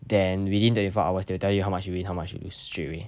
then within twenty four hours they tell you how much you win how much you lose straightaway